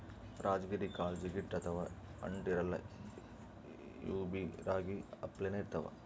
ರಾಜಗಿರಿ ಕಾಳ್ ಜಿಗಟ್ ಅಥವಾ ಅಂಟ್ ಇರಲ್ಲಾ ಇವ್ಬಿ ರಾಗಿ ಅಪ್ಲೆನೇ ಇರ್ತವ್